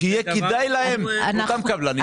שיהיה כדאי לאותם קבלנים.